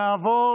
נעבור